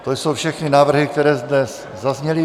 To jsou všechny návrhy, které zde zazněly.